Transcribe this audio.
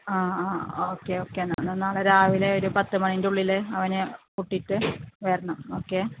ആ ആ okay okay എന്നാൽ നാളെ രാവിലെ ഒരു പത്ത് മണീൻ്റെ ഉള്ളിൽ അവനെ കൂട്ടിയിട്ട് വരണം ഓക്കെ